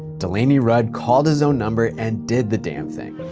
delaney rudd called his own number and did the damn thing.